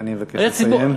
אני מבקש לסיים.